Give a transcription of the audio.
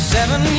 Seven